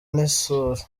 n’isuri